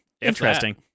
Interesting